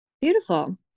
Beautiful